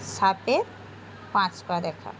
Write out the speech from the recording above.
সাপের পাঁচ পা দেখা